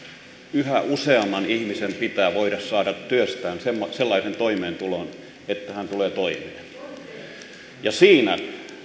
yhä useamman ihmisen pitää voida saada työstään sellainen toimeentulo että hän tulee toimeen siinä